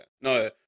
No